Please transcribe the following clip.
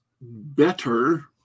better